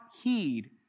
heed